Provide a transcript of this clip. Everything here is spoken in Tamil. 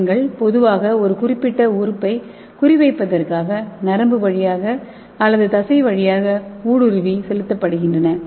என் கள் பொதுவாக ஒரு குறிப்பிட்ட உறுப்பைக் குறிவைப்பதற்காக நரம்பு வழியாக அல்லது தசை வழியாக ஊடுருவி செலுத்தப்படுகின்றன